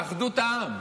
באמת, אחדות העם,